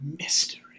mystery